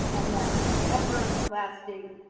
and that ever lasting,